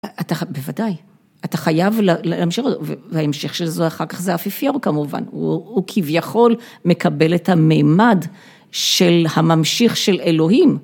אתה בוודאי, אתה חייב להמשיך, וההמשך של זה אחר כך זה אפיפיור כמובן, הוא כביכול מקבל את המימד של הממשיך של אלוהים.